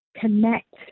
Connect